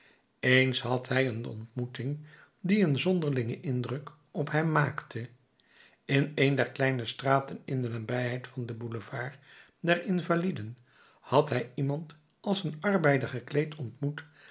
eens had hij een ontmoeting die een zonderlingen indruk op hem maakte in een der kleine straten in de nabijheid van den boulevard der invaliden had hij iemand als een arbeider gekleed ontmoet